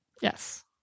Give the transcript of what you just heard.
Yes